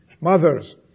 mothers